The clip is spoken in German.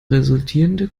resultierende